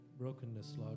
brokenness